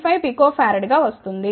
95 pF గా వస్తుంది